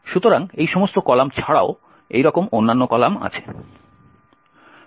সুতরাং এই সমস্ত কলাম ছাড়াও এই রকম অন্যান্য কলাম আছে